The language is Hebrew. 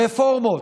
רפורמות.